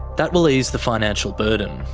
that will ease the financial burden,